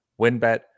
WinBet